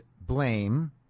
blame